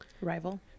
Rival